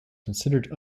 considered